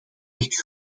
echter